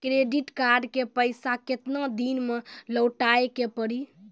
Credit card के पैसा केतना दिन मे लौटाए के पड़ी?